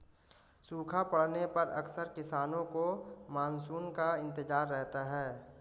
सूखा पड़ने पर अक्सर किसानों को मानसून का इंतजार रहता है